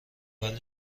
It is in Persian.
اول